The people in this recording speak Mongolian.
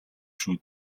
шүү